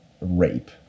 rape